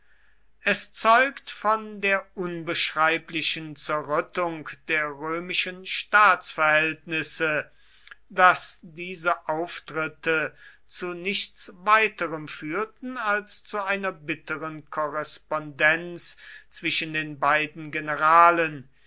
es zeugt von der unbeschreiblichen zerrüttung der römischen staatsverhältnisse daß diese auftritte zu nichts weiterem führten als zu einer bitteren korrespondenz zwischen den beiden generalen